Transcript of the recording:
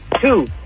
Two